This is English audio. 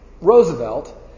Roosevelt